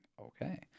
Okay